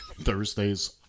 Thursday's